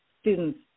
students